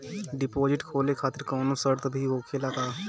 Deposit खोले खातिर कौनो शर्त भी होखेला का?